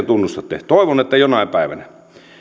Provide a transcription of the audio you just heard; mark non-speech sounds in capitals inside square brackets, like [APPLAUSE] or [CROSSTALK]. [UNINTELLIGIBLE] tunnustatte toivon että jonain päivänä